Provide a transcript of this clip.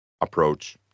approach